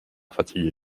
fatiguer